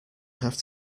have